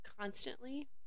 constantly